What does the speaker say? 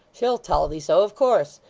she'll tell thee so, of course.